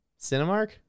Cinemark